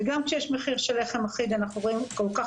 וגם כשיש מחיר של לחם אחיד אנחנו רואים כל כך